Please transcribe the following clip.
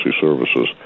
services